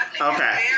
Okay